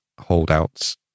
holdouts